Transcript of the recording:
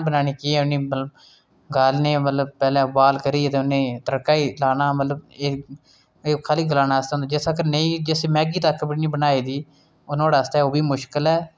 कोई बी ओह्दे अग्गें पिच्छें आले दोआले ऐ निं हे ते उस पहिये नै ओह्दी रक्षा कीती ते उस पहिये नै टुटा पहिया लड़ाई च कुसै बी चीज़ गी तुच्छ निं समझना चाहिदा